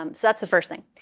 um so that's the first thing.